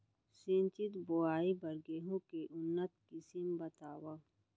सिंचित बोआई बर गेहूँ के उन्नत किसिम बतावव?